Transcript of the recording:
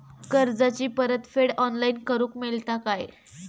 कर्जाची परत फेड ऑनलाइन करूक मेलता काय?